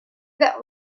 that